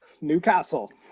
Newcastle